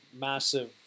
massive